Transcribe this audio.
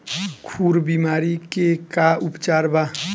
खुर बीमारी के का उपचार बा?